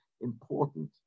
important